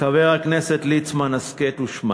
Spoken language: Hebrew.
חבר הכנסת ליצמן, הסכת ושמע.